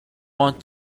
want